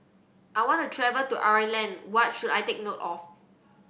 I want to travel to Ireland what should I take note of